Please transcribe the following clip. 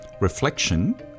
reflection